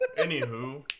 Anywho